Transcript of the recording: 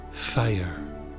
fire